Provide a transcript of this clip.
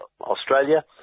Australia